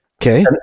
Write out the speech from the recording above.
Okay